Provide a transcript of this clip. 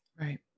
right